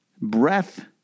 breath